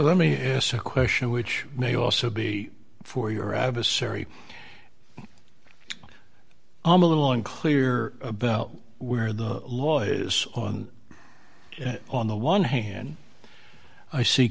let me ask the question which may also be for your adversary i'm a little unclear about where the law is on the one hand i see